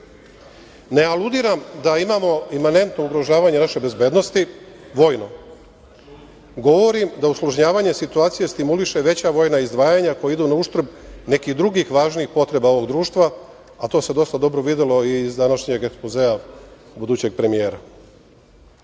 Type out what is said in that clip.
Ne aludiram da imamo imanentno ugrožavanje naše bezbednosti, vojno, govorim da usložnjavanje situacije stimuliše veća vojna izdvajanja koja idu na uštrb nekih drugih važnih potreba ovog društva, a to se dosta dobro videlo i iz današnjeg ekspozea budućeg premijera. Još